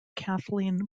kathleen